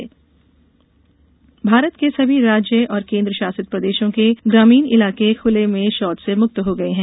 ODF Bharat Bharat के सभी राज्य और केन्द्रशासित प्रदेशों के ग्रामीण इलाके खुले में शौच से मुक्त हो गए हैं